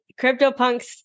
CryptoPunks